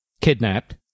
kidnapped